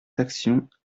actions